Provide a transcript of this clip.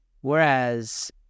Whereas